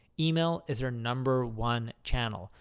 email is their number one channel.